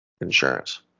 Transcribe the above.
insurance